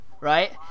right